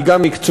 היא גם מקצועית,